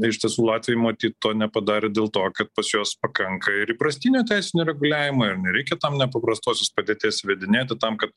iš tiesų latviai matyt to nepadarė dėl to kad pas juos pakanka ir įprastinio teisinio reguliavimo ir nereikia tam nepaprastosios padėties įvedinėti tam kad